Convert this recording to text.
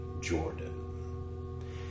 Jordan